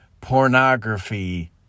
pornography